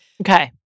Okay